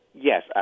Yes